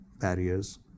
barriers